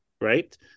right